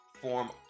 form